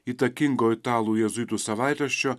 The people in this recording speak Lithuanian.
įtakingo italų jėzuitų savaitraščio